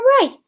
right